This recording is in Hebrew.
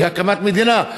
הקמת מדינה.